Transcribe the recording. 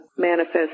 manifest